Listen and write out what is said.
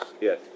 Yes